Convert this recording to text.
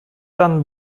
dann